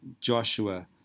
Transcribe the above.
Joshua